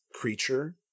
creature